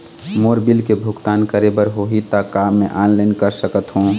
मोर bill के भुगतान करे बर होही ता का मैं ऑनलाइन कर सकथों?